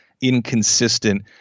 inconsistent